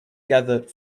gathered